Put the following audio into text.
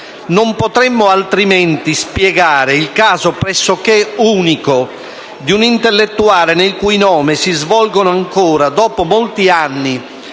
Non potremmo altrimenti spiegare il caso, pressoché unico, di un intellettuale nel cui nome si svolgono ancora, dopo molti anni,